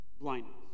blindness